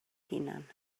hunan